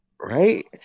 Right